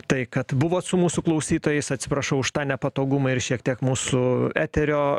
tai kad buvot su mūsų klausytojais atsiprašau už tą nepatogumą ir šiek tiek mūsų eterio